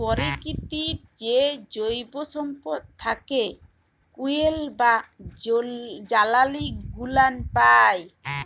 পরকিতির যে জৈব সম্পদ থ্যাকে ফুয়েল বা জালালী গুলান পাই